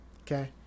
okay